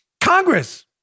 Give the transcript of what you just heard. Congress